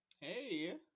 Hey